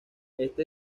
este